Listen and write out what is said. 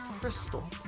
crystal